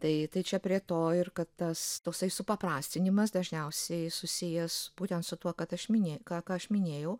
tai tai čia prie to ir kad tas tasai suprastinimas dažniausiai susijęs būtent su tuo kad aš minė ką ką aš minėjau